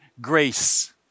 grace